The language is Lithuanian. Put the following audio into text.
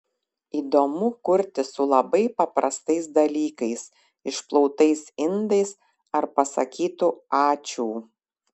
įdomu kurti su labai paprastais dalykais išplautais indais ar pasakytu ačiū